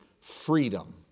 freedom